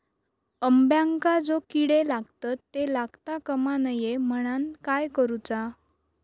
अंब्यांका जो किडे लागतत ते लागता कमा नये म्हनाण काय करूचा?